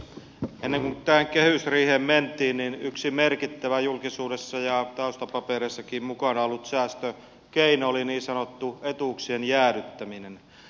ennen kuin tähän kehysriiheen mentiin niin yksi merkittävä julkisuudessa ja taustapapereissakin mukana ollut säästökeino oli niin sanottu etuuksien jäädyttäminen